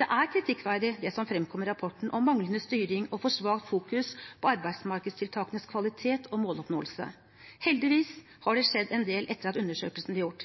Det er kritikkverdig, det som fremkommer i rapporten om manglende styring og for svakt fokus på arbeidsmarkedstiltakenes kvalitet og måloppnåelse. Heldigvis har det skjedd en del etter at undersøkelsen ble gjort.